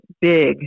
big